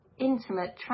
intimate